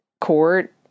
court